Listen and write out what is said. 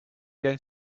going